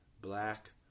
Black